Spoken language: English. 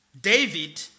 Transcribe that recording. David